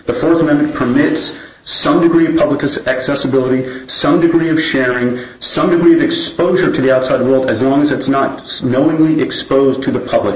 the first amendment permits some degree of public is accessibility some degree of sharing some degree of exposure to the outside world as long as it's not only exposed to the public